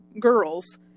girls